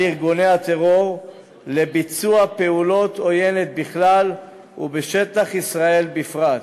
ארגוני הטרור לביצוע פעולות עוינות בכלל ובשטח ישראל בפרט.